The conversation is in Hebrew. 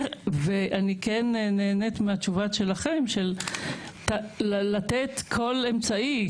אני כן נהנית מהתשובות שלכם, לתת כל אמצעי,